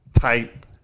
Type